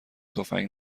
تفنگ